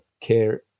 care